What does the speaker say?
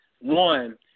One